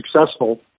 successful